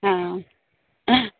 ആഹ്